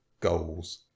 goals